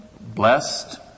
blessed